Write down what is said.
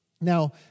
Now